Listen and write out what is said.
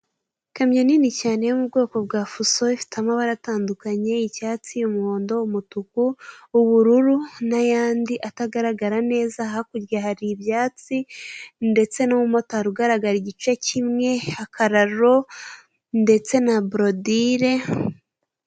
Ikamyo nini cyane yo mu bwoko bwa fuso ifite amabara atandukanye icyatsi, umuhondo, umutuku, ubururu n'ayandi atagaragara neza hakurya hari ibyatsi ndetse n'umumotari ugaragara igice kimwe, akararo ndetse na borodire.